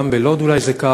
וגם בלוד זה אולי כך,